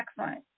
excellent